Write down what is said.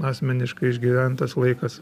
asmeniškai išgyventas laikas